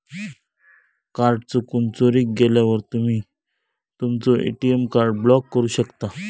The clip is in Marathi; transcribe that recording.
कार्ड चुकून, चोरीक गेल्यावर तुम्ही तुमचो ए.टी.एम कार्ड ब्लॉक करू शकता